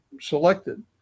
selected